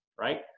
Right